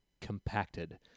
compacted